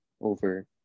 over